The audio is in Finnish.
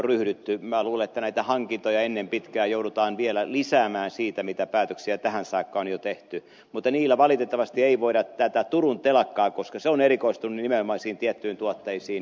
minä luulen että näitä hankintoja ennen pitkää joudutaan vielä lisäämään siitä mitä päätöksiä tähän saakka on jo tehty mutta niillä valitettavasti ei voida tätä turun telakkaa auttaa koska se on erikoistunut nimenomaan tiettyihin tuotteisiin